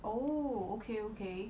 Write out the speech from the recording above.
oh okay okay